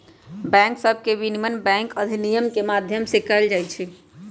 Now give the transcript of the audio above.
bank सभके विनियमन bank अधिनियम के माध्यम से कएल जाइ छइ